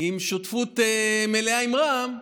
עם שותפות מלאה עם רע"מ,